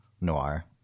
Noir